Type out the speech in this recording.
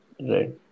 Right